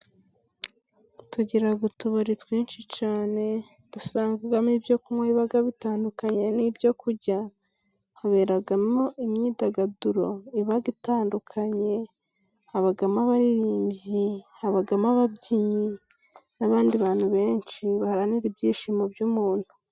Tugira utubari twinshi cyane, dusangamo ibyo kunywa biba bitandukanye, n'ibyo kurya. Haberamo imyidagaduro iba itandukanye, habamo abaririmbyi, habamo ababyinnyi n'abandi bantu benshi baharanira ibyishimo by'umuntu.